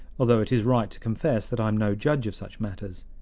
although it is right to confess that i am no judge of such matters.